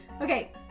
Okay